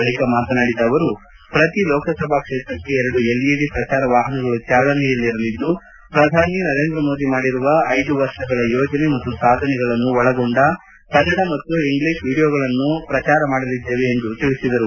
ಬಳಿಕ ಮಾತನಾಡಿದ ಅವರು ಪ್ರತಿ ಲೋಕಸಭಾ ಕ್ಷೇತ್ರಕ್ಷೆ ಎರಡು ಎಲ್ಇಡಿ ಪ್ರಜಾರ ವಾಹನಗಳು ಚಾಲನೆಯಲ್ಲಿರಲಿದ್ದು ಪ್ರಧಾನಿ ನರೇಂದ್ರ ಮೋದಿ ಮಾಡಿರುವ ಐದು ವರ್ಷಗಳ ಯೋಜನೆ ಮತ್ತು ಸಾಧನೆಗಳನ್ನು ಒಳಗೊಂಡ ಕನ್ನಡ ಮತ್ತು ಇಂಗ್ಲಿಷ್ ವಿಡಿಯೋಗಳನ್ನು ಪ್ರಚಾರ ಮಾಡಲಿದ್ದೇವೆ ಎಂದು ತಿಳಿಸಿದರು